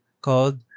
called